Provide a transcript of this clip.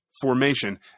formation